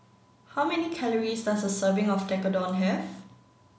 how many calories does a serving of Tekkadon have